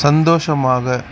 சந்தோஷமாக